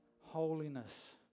holiness